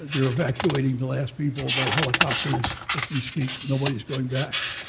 they're evacuating the last people by helicopters as we speak. nobody's going back.